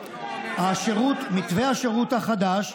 מתווה השירות החדש,